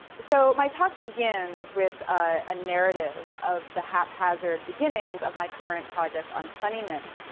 so my talk begins with a narrative of the haphazard beginnings of my current project on funniness,